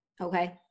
Okay